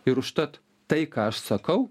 ir užtat tai ką aš sakau